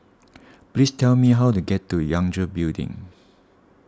please tell me how to get to Yangtze Building